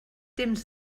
temps